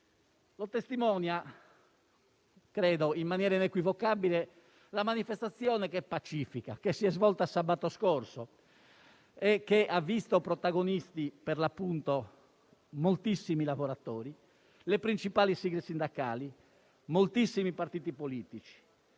Lo testimonia, credo in maniera inequivocabile, la manifestazione pacifica che si è svolta sabato scorso e che ha visto protagonisti - per l'appunto - moltissimi lavoratori, le principali sigle sindacali, moltissimi partiti politici